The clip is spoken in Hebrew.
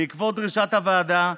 בעקבות דרישת הוועדה,